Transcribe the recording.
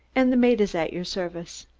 and the maid is at your service.